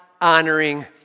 honoring